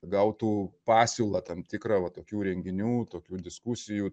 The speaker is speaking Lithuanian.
gautų pasiūlą tam tikrą va tokių renginių tokių diskusijų